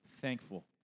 thankful